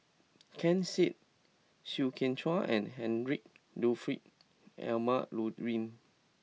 Ken Seet Chew Kheng Chuan and Heinrich Ludwig Emil Luering